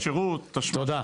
תודה.